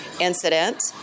incident